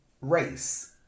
race